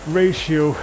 ratio